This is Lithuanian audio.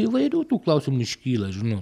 įvairių tų klausimų iškyla žinot